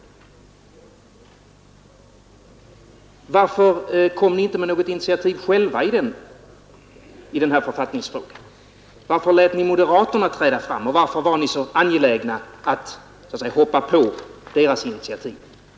Varför kom ni inte med något initiativ själva i den här författningsfrågan? Varför lät ni moderaterna träda fram, och varför var ni så angelägna att så att säga hoppa på deras initiativ?